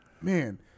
man